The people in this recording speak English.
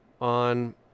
on